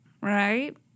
right